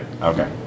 Okay